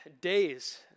days